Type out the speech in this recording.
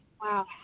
Wow